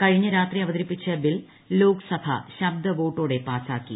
കഴിഞ്ഞ രാത്രി അവതരിപ്പിച്ച ബിൽ ലോക്സഭ ശബ്ദ വോട്ടോടെ പാസ്സാക്കി